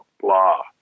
blah